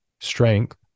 strength